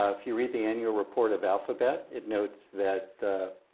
ah if you read the annual report of alphabet, it notes that the